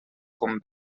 com